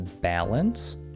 balance